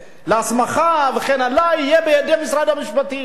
להסמכה וכן הלאה יהיה בידי משרד המשפטים.